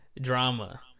drama